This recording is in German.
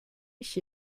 mich